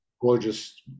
Gorgeous